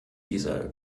dieser